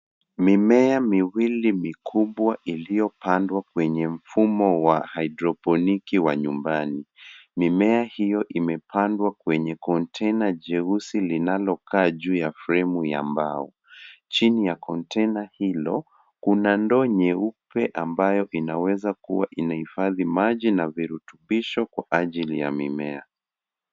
Mimea miwili mikubwa iliopandwa mwenye mfumo wa hydroponiki wa nyumbani. Mimea hiyo imepandwa kwenye container jeusi linalo kaa juu ya fremu ya mbao. Chini ya container hilo kuna ndoo nyeupe ambayo inaeza kuwa inahifadhi maji na virutubisho kwa ajili ya mimea.